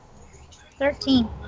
Thirteen